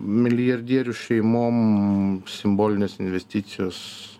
milijardierių šeimom simbolinės investicijos